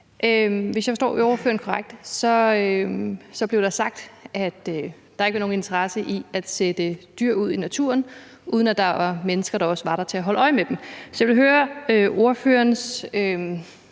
Hvis jeg forstår ordføreren korrekt, blev der sagt, at der ikke er nogen interesse i at sætte dyr ud i naturen, hvis der ikke også er mennesker til at holde øje med dem. Så jeg vil høre ordføreren